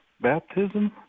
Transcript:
baptism